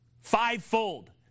fivefold